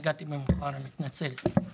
הגעתי באיחור, אני מתנצל.